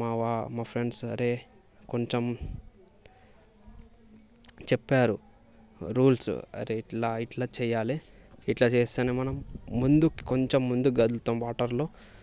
మావా మా ఫ్రెండ్స్ అరే కొంచెం చెప్పారు రూల్స్ ఆరే ఇట్లా ఇట్లా చేయాలి ఇట్లా చేస్తేనే మనం ముందుకు కొంచెం ముందుకు కదులుతాము వాటర్లో